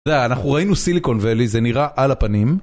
אתה יודע, אנחנו ראינו סיליקון, ולי זה נראה על הפנים,